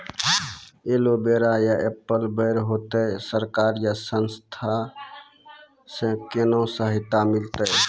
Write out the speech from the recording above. Aloe vera या apple बैर होते? सरकार या संस्था से कोनो सहायता मिलते?